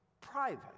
private